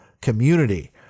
community